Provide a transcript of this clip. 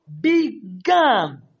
began